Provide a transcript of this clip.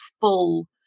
full